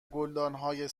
گلدانهای